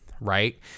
right